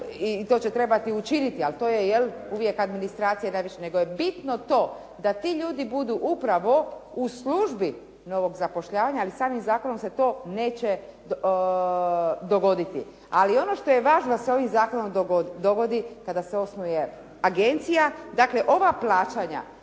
i to će trebati učiniti, ali to je uvijek administracija najviše. Nego je bitno to da ti ljudi budu upravo u službi novog zapošljavanja ali samim zakonom se to neće dogoditi. Ali ono što je važno da se ovim zakonom dogodi kada se osnuje agencija. Dakle ova plaćanja